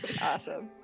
Awesome